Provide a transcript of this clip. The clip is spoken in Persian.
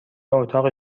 اتاق